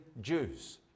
Jews